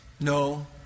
No